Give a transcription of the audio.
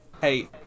hey